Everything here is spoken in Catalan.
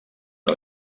que